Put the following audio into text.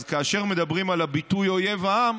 אז כאשר מדברים על הביטוי אויב העם,